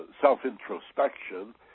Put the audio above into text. self-introspection